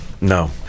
no